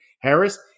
Harris